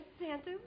Santa